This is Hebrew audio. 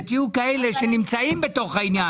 שתהיו כאלה שנמצאים בתוך העניין.